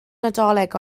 nadolig